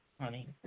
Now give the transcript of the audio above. honey